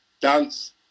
dance